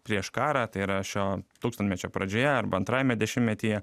prieš karą tai yra šio tūkstantmečio pradžioje arba antrajame dešimtmetyje